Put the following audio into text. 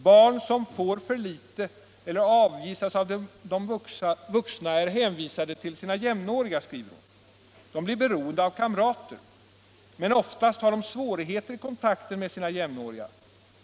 Barn som får för lite, eller avvisas av de vuxna, är hänvisade till sina jämnåriga. De blir således beroende av kamrater, men oftast har de svårigheter i kontakten med sina jämnåriga.